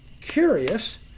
curious